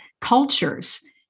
cultures